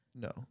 no